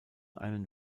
einen